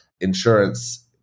insurance